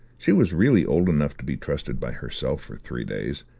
she was really old enough to be trusted by herself for three days,